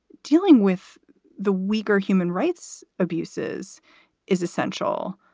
dealing with the weaker human rights abuses is essential.